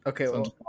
Okay